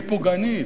היא הכי פוגענית.